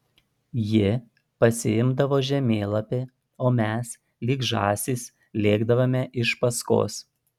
ji pasiimdavo žemėlapį o mes lyg žąsys lėkdavome iš paskos